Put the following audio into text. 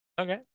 Okay